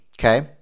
Okay